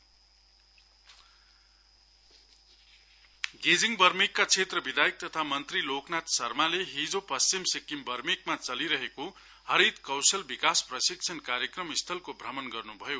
LN Sharma गेजिङ बर्मेकका क्षेत्र विधायक तथा मन्त्री लोक नाथ शर्माले हिजो पश्चिम सिक्किम बर्मेकमा चलिरहेको हरित कौशल विकास प्रशिक्षण कार्यक्रम स्थलको भ्रमण गर्न् भयो